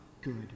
good